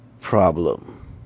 problem